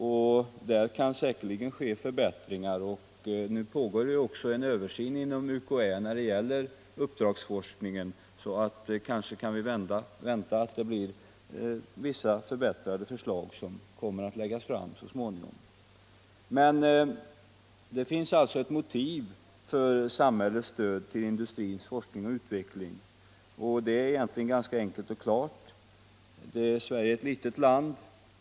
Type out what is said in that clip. Där kan säkerligen ske förbättringar, och nu pågår även en översyn inom UKÄ när det gäller uppdragsforskningen. Kanske kan vi vänta oss att förbättrade förslag läggs fram så småningom. Det finns ett motiv för samhällets stöd till industrins forskning och utveckling, och det är enkelt och klart. Sverige är ett litet land.